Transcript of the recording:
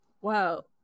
wow